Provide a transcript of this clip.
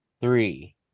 three